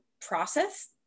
process